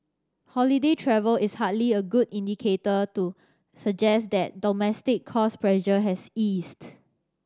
holiday travel is hardly a good indicator to suggest that domestic cost pressure has eased